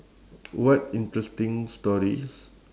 what interesting stories